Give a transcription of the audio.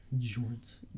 shorts